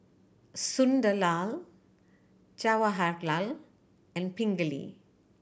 Sunderlal Jawaharlal and Pingali